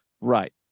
Right